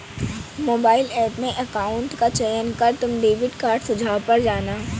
mobile app में account का चयन कर तुम डेबिट कार्ड सुझाव पर जाना